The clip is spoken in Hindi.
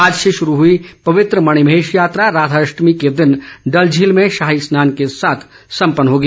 आज से शुरू हुई पविंत्र मणिमहेश यात्रा राधाअष्टेमी के दिन डल झील में शाही स्नान के साथ सम्पन होगी